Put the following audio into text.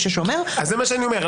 זה מה שאני שואל,